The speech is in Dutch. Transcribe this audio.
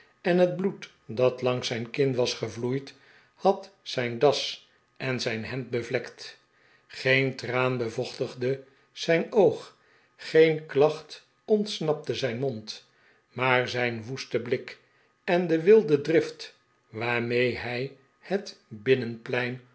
en het bloed dat langs zijn kin was gevloeid had zijn das en zijn hemd bevlekt geen traan bevochtigde zijn oog geen klacht ontsnapte zijn mond maar zijn woeste blik en de wilde drift waarmee hij het